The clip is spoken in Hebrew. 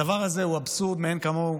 הדבר הזה הוא אבסורד מאין כמוהו.